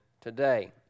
today